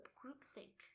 groupthink